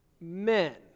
men